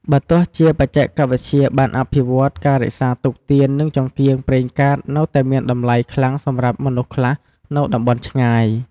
បើទោះបីជាបច្ចេកវិទ្យាបានអភិវឌ្ឍន៍ ការរក្សាទុកទៀននិងចង្កៀងប្រេងកាតនៅតែមានតម្លៃខ្លាំងសម្រាប់មនុស្សខ្លះនៅតំបន់ឆ្ងាយ។